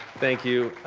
thank you.